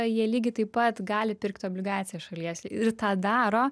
jie lygiai taip pat gali pirkti obligacijas šalies ir tą daro